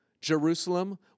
Jerusalem